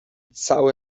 cały